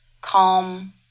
Calm